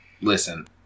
Listen